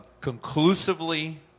conclusively